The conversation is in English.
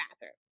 bathroom